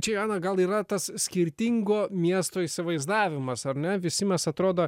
čia joana gal yra tas skirtingo miesto įsivaizdavimas ar ne visi mes atrodo